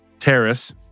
Terrace